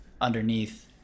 underneath